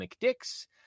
McDick's